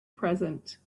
present